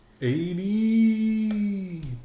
80